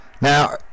Now